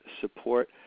support